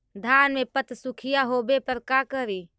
धान मे पत्सुखीया होबे पर का करि?